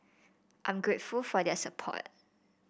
I'm grateful for their support